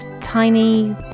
tiny